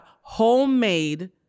homemade